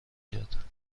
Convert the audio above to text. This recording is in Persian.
کرد